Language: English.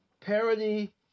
parody